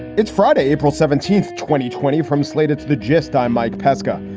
it's friday, april seventeenth, twenty twenty from slate, it's the gist. i'm mike pesca.